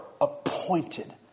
appointed